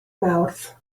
mawrth